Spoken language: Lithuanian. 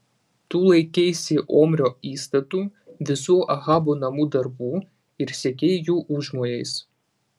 tu laikeisi omrio įstatų visų ahabo namų darbų ir sekei jų užmojais